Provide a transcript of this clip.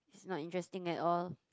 not interesting at all